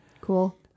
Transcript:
Cool